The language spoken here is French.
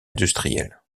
industrielle